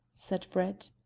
said brett.